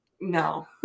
No